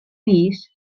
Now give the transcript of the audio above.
pis